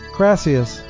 Crassius